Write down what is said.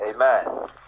amen